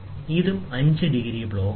ഇതും 5 degree block ആണ്